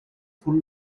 full